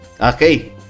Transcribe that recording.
Okay